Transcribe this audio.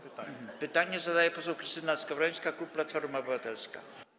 Pytanie zadaje poseł Krystyna Skowrońska, klub Platforma Obywatelska.